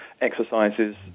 Exercises